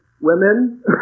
women